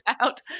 out